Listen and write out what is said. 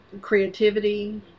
creativity